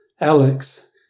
Alex